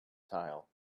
tile